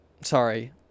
Sorry